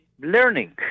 learning